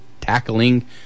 tackling